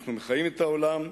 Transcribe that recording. אנחנו מחיים את העולם,